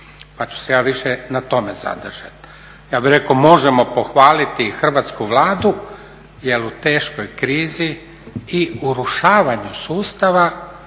pa ću se ja više na tome zadržati. Ja bih rekao možemo pohvaliti Hrvatsku Vladu jer u teškoj krizi i urušavanju sustava